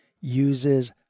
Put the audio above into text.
uses